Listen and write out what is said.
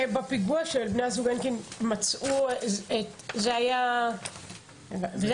ובפיגוע של בני הזוג הנקין, זה היה איירסופט.